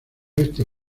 oeste